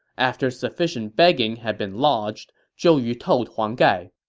after sufficient begging had been lodged, zhou yu told huang gai,